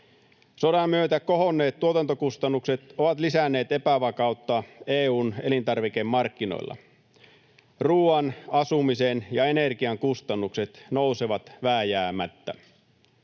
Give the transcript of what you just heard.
Sodan myötä kohonneet tuotantokustannukset ovat lisänneet epävakautta EU:n elintarvikemarkkinoilla. Ruoan, asumisen ja energian kustannukset nousevat vääjäämättä.